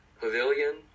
pavilion